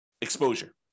exposure